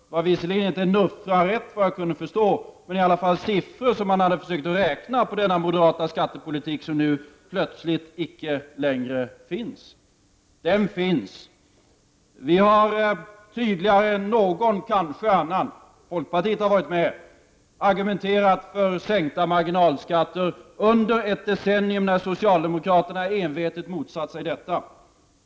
Det var visserligen inte en nuffra rätt, såvitt jag kunde förstå, men det var i alla fall siffror som han hade försökt räkna på i denna moderata skattepolitik som nu plötsligt icke längre finns. Men den finns. Vi har tydligare än kanske någon annan — folkpartiet har varit med — argumenterat för sänkta marginalskatter under ett decennium då socialdemokraterna envetet motsatt sig detta.